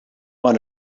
one